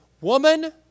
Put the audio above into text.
woman